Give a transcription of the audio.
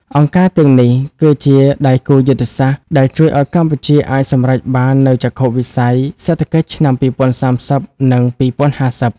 អង្គការទាំងនេះគឺជា "ដៃគូយុទ្ធសាស្ត្រ" ដែលជួយឱ្យកម្ពុជាអាចសម្រេចបាននូវចក្ខុវិស័យសេដ្ឋកិច្ចឆ្នាំ ២០៣០ និង ២០៥០។